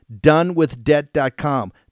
donewithdebt.com